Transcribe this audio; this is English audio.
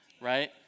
right